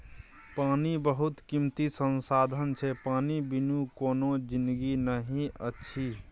पानि बहुत कीमती संसाधन छै पानि बिनु कोनो जिनगी नहि अछि